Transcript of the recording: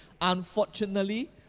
Unfortunately